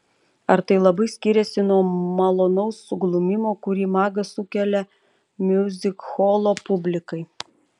ar tai labai skiriasi nuo malonaus suglumimo kurį magas sukelia miuzikholo publikai